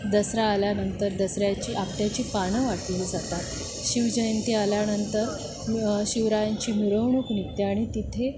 दसरा आल्यानंतर दसऱ्याची आपट्याची पानं वाटली जातात शिवजयंती आल्यानंतर मि शिवरायांची मिरवणूक निघते आणि तिथे